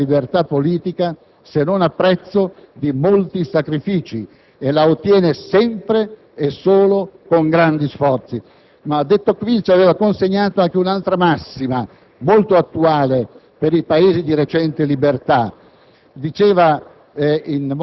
«L'uomo non può godere della libertà politica se non a prezzo di molti sacrifici e la ottiene sempre e solo con grandi sforzi». De Tocqueville ci aveva consegnato anche un'altra massima, molto attuale per i Paesi di recente libertà.